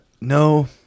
no